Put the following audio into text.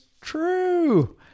true